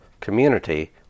community